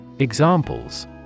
Examples